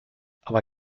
aber